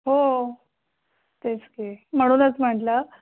हो तेच ते म्हणूनच म्हटलं